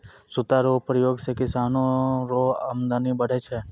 सूता रो प्रयोग से किसानो रो अमदनी बढ़ै छै